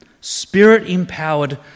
spirit-empowered